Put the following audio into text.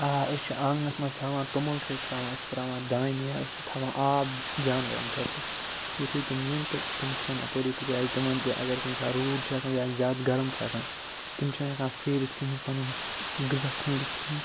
آ أسۍ چھِ آنٛگنَس مَنٛز تھاوان توٚمُل چھِ أسۍ ترٛاوان أسۍ چھِ ترٛاوان دانہِ یا أسۍ چھِ تھاوان آب جانوَرَن خٲطرٕ یُتھُے تِم یِن تہٕ تِم کھٮ۪ن اَپٲری تِکیٛازِ تِمَن تہِ اگر کُنہِ ساتہٕ روٗد چھِ آسان یا زیادٕ گَرَم چھِ آسان تِم چھِنہٕ ہٮ۪کان پھیٖرِتھ کِہیٖنۍ پَنُن غذا ژھٲنٛڈِتھ کِہیٖنۍ